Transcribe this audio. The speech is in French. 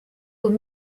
aux